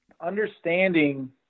Understanding